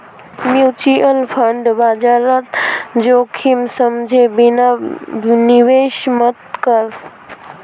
mutual फंडत बाजार जोखिम समझे बिना निवेश मत कर